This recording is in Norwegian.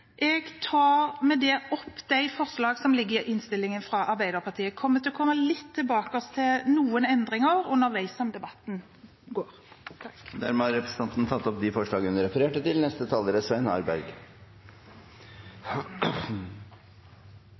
Jeg kommer til å komme litt tilbake til noen endringer underveis, etter som debatten går. Representanten Hege Haukeland Liadal har tatt opp de forslagene hun refererte til. I et lovarbeid som dette er